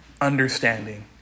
understanding